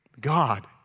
God